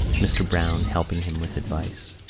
mr. browne helping him with advice.